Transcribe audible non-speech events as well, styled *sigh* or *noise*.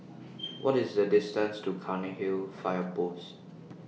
*noise* What IS The distance to Cairnhill Fire Post